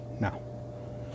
no